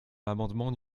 l’amendement